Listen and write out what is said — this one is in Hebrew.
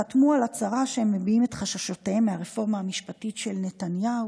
חתמו על הצהרה שהם מביעים את חששותיהם מהרפורמה המשפטית של נתניהו.